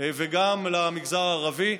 וגם למגזר הערבי.